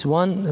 one